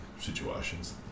situations